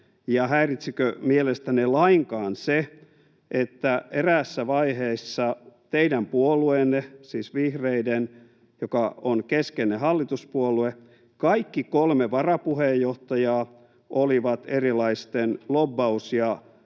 häiritsikö mielestänne lainkaan se, että eräässä vaiheessa teidän puolueenne — siis vihreiden, joka on keskeinen hallituspuolue — kaikki kolme varapuheenjohtajaa olivat erilaisten lobbaus-,